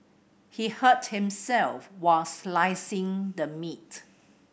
he hurt himself while slicing the meat